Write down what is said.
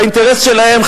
והאינטרס שלהם,